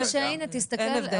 הנה תסתכל,